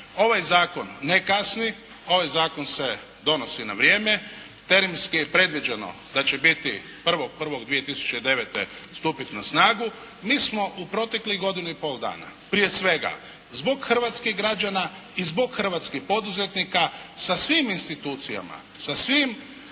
Ovaj zakon ne kasni, ovaj zakon se donosi na vrijeme, terminski je predviđeno da će 1.1.2009. stupiti na snagu. Mi smo u proteklih godinu i pol dana prije svega zbog hrvatskih građana i zbog hrvatskih poduzetnika sa svim institucijama, sa svim